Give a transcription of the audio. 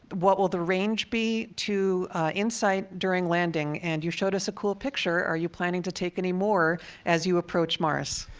what will the range be to insight during landing? and you showed us a cool picture, are you planning to take any more as you approach mars?